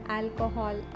alcohol